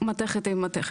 מתכת עם מתכת,